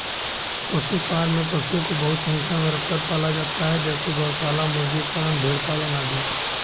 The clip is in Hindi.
पशु फॉर्म में पशुओं को बहुत संख्या में रखकर पाला जाता है जैसे गौशाला, मुर्गी पालन, भेड़ पालन आदि